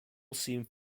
seam